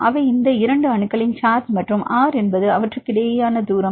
அவை இந்த இரண்டு அணுக்களின் சார்ஜ் மற்றும் R என்பது அவற்றுக்கிடையேயான தூரம்